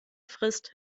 frisst